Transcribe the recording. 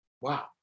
Wow